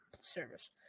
Service